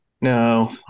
No